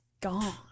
gone